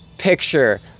picture